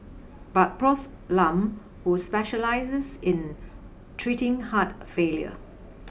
but Prof Lam who specialises in treating heart failure